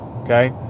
Okay